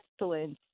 excellence